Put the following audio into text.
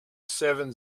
seven